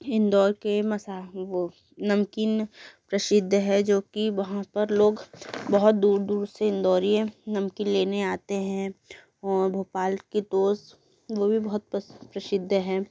इंदौर के मसा वो नमकीन प्रसिद्ध है जो कि वहाँ पर लोग बहुत दूर दूर से इंदौरी हैं नमकीन लेने आते हैं और भोपाल की टोस्ट वो भी बहुत प्रा प्रसिद्ध है